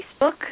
Facebook